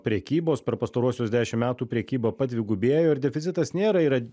prekybos per pastaruosius dešim metų prekyba padvigubėjo ir deficitas nėra yra